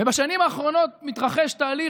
ובשנים האחרונות מתרחש תהליך,